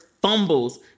fumbles